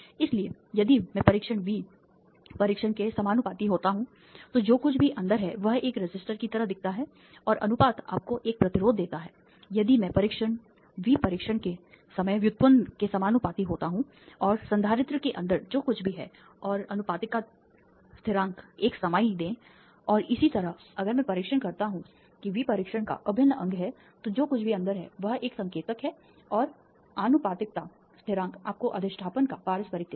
इसलिए यदि मैं परीक्षण V परीक्षण के समानुपाती होता हूं तो जो कुछ भी अंदर है वह एक रजिस्टर की तरह दिखता है और अनुपात आपको एक प्रतिरोध देता है यदि मैं परीक्षण V परीक्षण के समय व्युत्पन्न के समानुपाती होता हूं तो संधारित्र के अंदर जो कुछ भी है और आनुपातिकता स्थिरांक एक समाई दें और इसी तरह अगर मैं परीक्षण करता हूं कि वी परीक्षण का अभिन्न अंग है तो जो कुछ भी अंदर है वह एक संकेतक है और आनुपातिकता स्थिरांक आपको अधिष्ठापन का पारस्परिक देता है